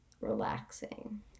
relaxing